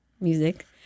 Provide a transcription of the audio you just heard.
music